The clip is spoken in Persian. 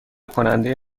کننده